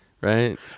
right